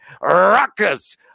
Ruckus